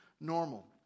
normal